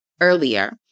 earlier